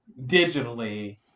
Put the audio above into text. digitally